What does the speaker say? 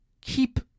keep